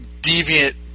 deviant